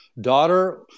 daughter